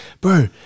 Bro